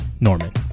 Norman